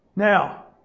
Now